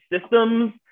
systems